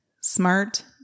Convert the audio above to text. smart